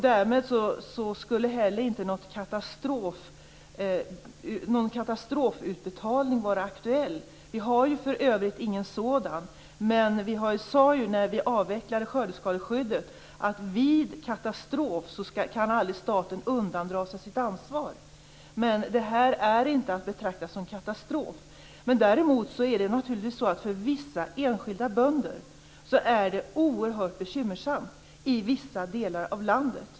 Därmed skulle inte heller någon katastrofutbetalning vara aktuell. Vi har för övrigt ingen sådan. Vi sade ju när vi avvecklade skördeskadeskyddet att staten aldrig kan undandra sig sitt ansvar vid katastrof. Men det här är inte att betrakta som katastrof. Däremot är det naturligtvis så att det för vissa enskilda bönder i vissa delar av landet är oerhört bekymmersamt.